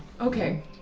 okay